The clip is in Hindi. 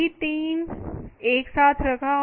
सभी 3 एक साथ रखा